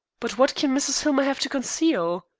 but what can mrs. hillmer have to conceal?